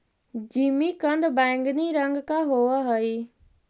जिमीकंद बैंगनी रंग का होव हई